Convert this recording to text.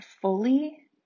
fully